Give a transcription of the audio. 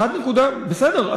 בסדר,